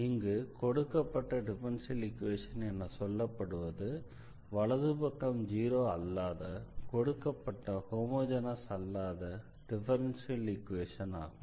இங்கு கொடுக்கப்பட்ட differential equation என சொல்லப்படுவது வலது பக்கம் 0 அல்லாத கொடுக்கப்பட்ட ஹோமொஜெனஸ் அல்லாத டிஃபரன்ஷியல் ஈக்வேஷன் ஆகும்